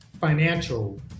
financial